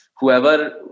whoever